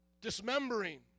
dismembering